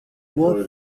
boa